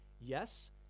yes